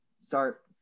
start